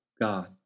God